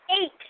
Eight